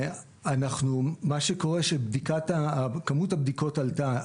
מה שקורה שכמות הבדיקות עלתה.